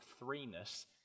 threeness